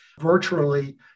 virtually